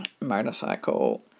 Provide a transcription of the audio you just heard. motorcycle